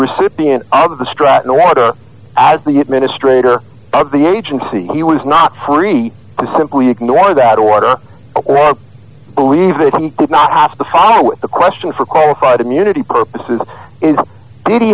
recipient of the stratton order as the administrator of the agency he was not free to simply ignore that order or believe they did not have to follow with the question for qualified immunity purposes did